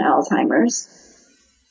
Alzheimer's